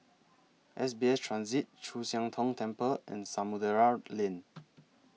S B S Transit Chu Siang Tong Temple and Samudera Lane